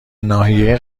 ناحیه